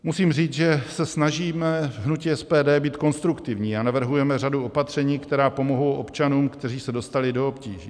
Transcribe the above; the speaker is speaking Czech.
Musím říct, že se snažíme v hnutí SPD být konstruktivní a navrhujeme řadu opatření, která pomohou občanům, kteří se dostali do obtíží.